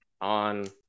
on